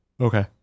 Okay